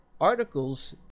articles